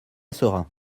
sera